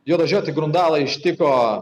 juodažiotį grundalą ištiko